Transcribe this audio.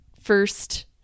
first